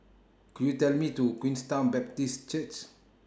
Could YOU Tell Me to Queenstown Baptist Church